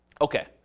Okay